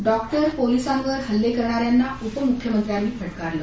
doctor पोलीसांवर हल्ले करणाऱ्यांना उपमुख्यमंत्र्यांनी फटकारलं